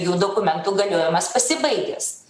jų dokumentų galiojimas pasibaigęs